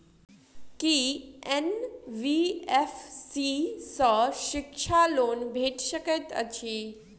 की NBFC सँ शिक्षा loan भेटि सकैत अछि?